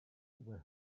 were